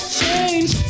change